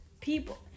people